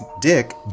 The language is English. dick